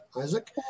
Isaac